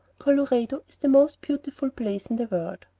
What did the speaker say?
colorado is the most beautiful place in the world.